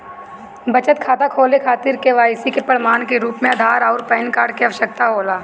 बचत खाता खोले खातिर के.वाइ.सी के प्रमाण के रूप में आधार आउर पैन कार्ड की आवश्यकता होला